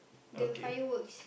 the fireworks